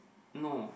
no